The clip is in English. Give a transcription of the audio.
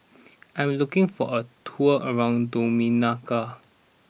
I am looking for a tour around Dominica